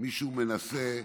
שמישהו מנסה,